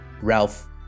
ralph